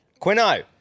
Quino